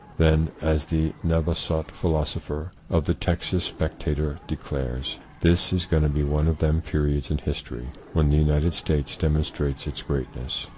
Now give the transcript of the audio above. then, as the navasot philosopher of the texas spectator declares, this is gonna be one of them periods in history when the united states demonstrates its greatness,